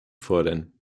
fordern